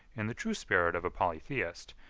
in the true spirit of a polytheist,